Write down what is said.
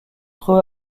trouve